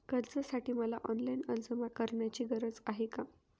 कर्जासाठी मला ऑनलाईन अर्ज करण्याची गरज आहे का?